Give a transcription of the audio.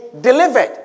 delivered